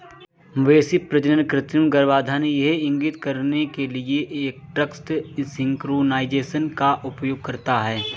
मवेशी प्रजनन कृत्रिम गर्भाधान यह इंगित करने के लिए एस्ट्रस सिंक्रोनाइज़ेशन का उपयोग करता है